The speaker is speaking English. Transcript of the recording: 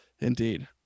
Indeed